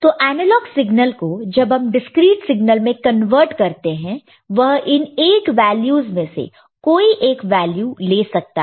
तो analog signal को जब हम डिस्क्रीट सिग्नल में कन्वर्ट करते हैं तो वह इन 8 वैल्यूस में से कोई एक वैल्यू ले सकता है